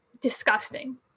disgusting